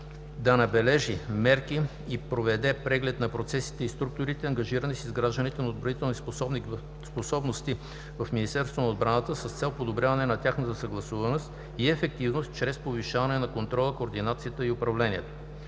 Да набележи мерки и проведе преглед на процесите и структурите, ангажирани с изграждане на отбранителни способности в Министерството на отбраната с цел подобряване на тяхната съгласуваност и ефективност чрез повишаване на контрола, координацията и управлението.